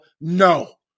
No